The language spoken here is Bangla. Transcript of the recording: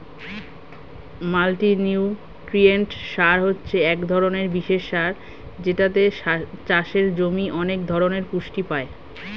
মাল্টিনিউট্রিয়েন্ট সার হচ্ছে এক ধরণের বিশেষ সার যেটাতে চাষের জমি অনেক ধরণের পুষ্টি পায়